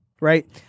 right